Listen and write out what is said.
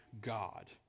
God